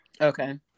Okay